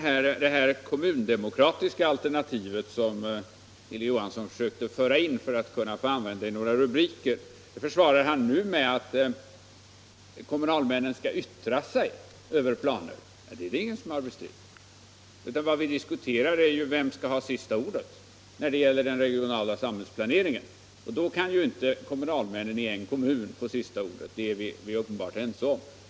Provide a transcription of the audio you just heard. Herr Johanssons argumentation håller alltså inte. förde in för att använda i några rubriker försvarar han nu med att kommunalmännen skall få yttra sig över olika planer. Ja, ingen har bestritt att de skall få göra det, men vad vi nu diskuterar är vem som skall ha sista ordet i den regionala samhällsplaneringen. Att kommunalmännen i en enskild kommun inte kan få sista ordet är vi självfallet ense om.